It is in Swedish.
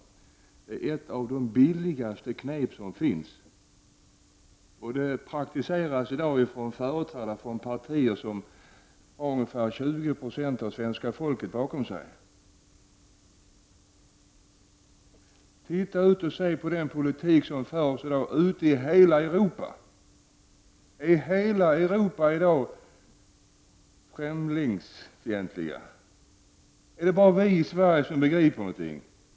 Men detta är ett av de billigaste knepen som finns, och det praktiseras i dag av företrädare för partier som har ungefär 20 20 av svenska folket bakom sig. Titta ut och se på den politik som förs i dag i hela Europa! Är hela Europa i dag främlingsfientligt? Är det bara vi i Sverige som begriper något?